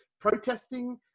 protesting